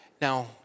Now